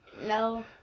No